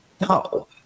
No